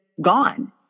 gone